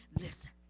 listen